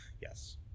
Yes